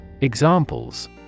Examples